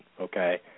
okay